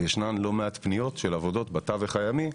ישנן לא מעט פניות של עבודות בתווך הימי,